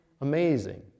amazing